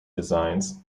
designs